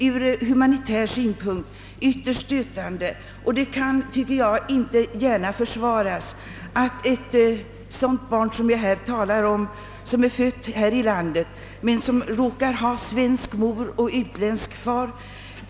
Ur humanitär synpunkt ter det sig ytterst stötande att ett sådant barn som vi talar om skall förvägras vårdbidrag. Det är fött här i landet men råkar ha svensk mor och utländsk far.